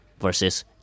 versus